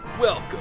Welcome